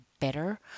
better